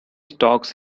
storks